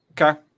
Okay